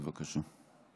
בבקשה.